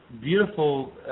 beautiful